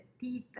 teeth